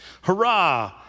Hurrah